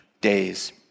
days